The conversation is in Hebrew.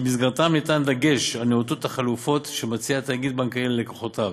ובמסגרתם ניתן דגש על נאותות החלופות שמציע תאגיד בנקאי ללקוחותיו,